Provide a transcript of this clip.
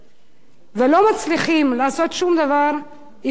ולא מצליחים לעשות שום דבר עם יוקר המחיה,